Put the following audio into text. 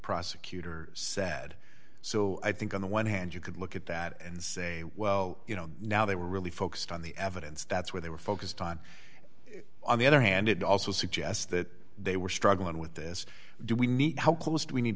prosecutor sad so i think on the one hand you could look at that and say well you know now they were really focused on the evidence that's where they were focused on on the other hand it also suggests that they were struggling with this do we need now post we need